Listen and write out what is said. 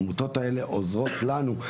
העמותות האלה עוזרות לנו,